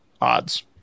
Odds